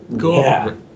Cool